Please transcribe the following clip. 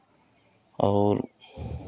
और